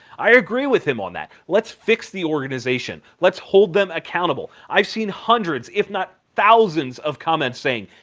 i agree with him on that. let's fix the organization. let's hold them accountable. i've seen hundreds if not thousands of comments saying,